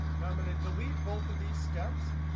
now i'm going to delete both of these steps,